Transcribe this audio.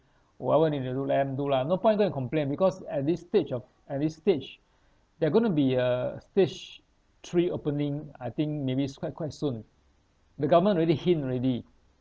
that [one] we need to let them do lah no point go and complain because at this stage of at this stage there are going to be a phase three opening I think maybe it's quite quite soon the government already hint already